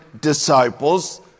disciples